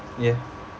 ya